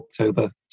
October